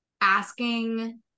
asking